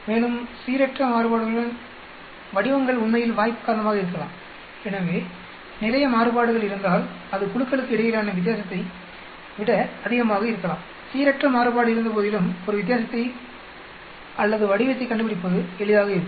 மேலும் சீரற்ற மாறுபாடுகளுடன் வடிவங்கள் உண்மையில் வாய்ப்பு காரணமாக இருக்கலாம் எனவே நிறைய மாறுபாடுகள் இருந்தால் அது குழுக்களுக்கு இடையிலான வித்தியாசத்தை விட அதிகமாக இருக்கலாம்சீரற்ற மாறுபாடு இருந்தபோதிலும் ஒரு வித்தியாசத்தை அல்லது வடிவத்தைக் கண்டுபிடிப்பது எளிதாக இருக்கும்